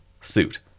suit